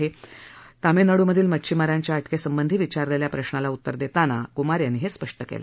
असं तामिळनाड्रमधील मच्छीमारांच्या अटकेसंबधी विचारलेल्या प्रश्नांना उतर देताना क्मार यांनी स्पष्ट केलं